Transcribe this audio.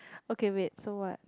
okay wait so what